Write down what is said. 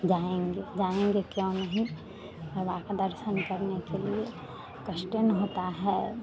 जाएँगे जाएँगे क्यों नहीं बाबा के दर्शन करने के लिए कष्ट ना होता है